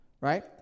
right